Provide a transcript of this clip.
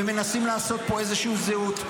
ומנסים לעשות פה איזה זהות,